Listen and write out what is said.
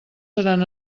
seran